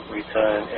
return